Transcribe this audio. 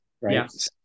right